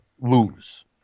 lose